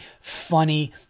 funny